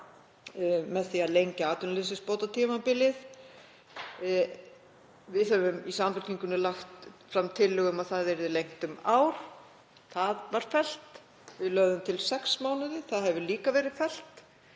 með því að lengja atvinnuleysisbótatímabilið. Við í Samfylkingunni höfum lagt fram tillögu um að það yrði lengt um ár. Hún var felld. Við lögðum til sex mánuði. Það hefur líka verið fellt.